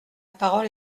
parole